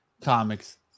comics